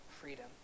freedom